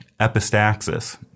epistaxis